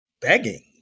begging